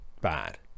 bad